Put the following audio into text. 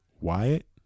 Wyatt